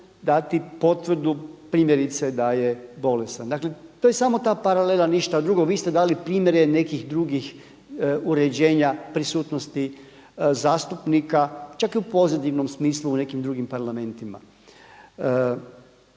dati potvrdu primjerice da je bolestan. Dakle to je samo ta paralela ništa drugo, vi ste dali primjere nekih drugih uređenja prisutnosti zastupnika, čak u pozitivnom smislu u nekim drugim parlamentima.